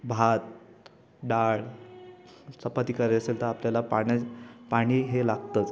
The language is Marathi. भात डाळ चपाती करायला असेल तर आपल्याला पाण्या पाणी हे लागतच